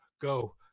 Go